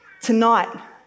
Tonight